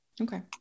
Okay